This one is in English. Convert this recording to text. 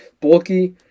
bulky